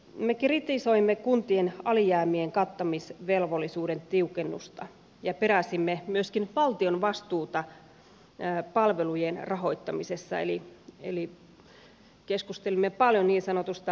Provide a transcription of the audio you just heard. me kritisoimme kuntien alijäämien kattamisvelvollisuuden tiukennusta ja peräsimme myöskin valtion vastuuta palvelujen rahoittamisessa eli keskustelimme paljon niin sanotusta rahoitusvastuun periaatteesta